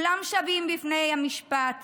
"כולם שווים בפני המשפט